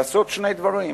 לעשות שני דברים: